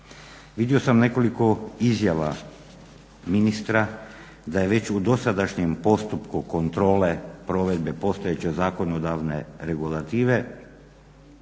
Vidio sam nekoliko izjava ministra da je već u dosadašnjem postupku kontrole provedbe postojećeg zakonodavne regulative,